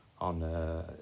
on